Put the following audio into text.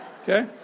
okay